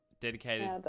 Dedicated